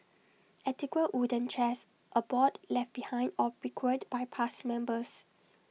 antique wooden chairs abound left behind or bequeathed by past members